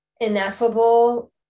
ineffable